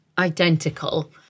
identical